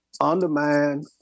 undermine